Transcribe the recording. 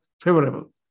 favorable